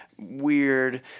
weird